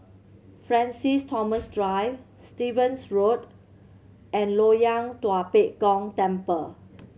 Francis Thomas Drive Stevens Road and Loyang Tua Pek Kong Temple